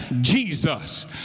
Jesus